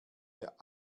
der